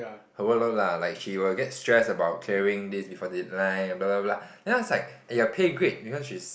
her workload lah like she will get stressed about clearing this before deadline blah blah blah then I was like you're pay grade because she's